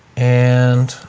and